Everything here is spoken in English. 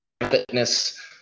fitness